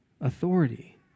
authority